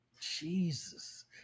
Jesus